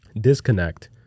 disconnect